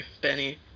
Benny